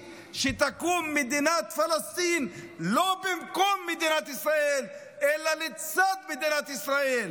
שתקום מדינת פלסטין לא במקום מדינת ישראל אלא לצד מדינת ישראל,